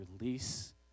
release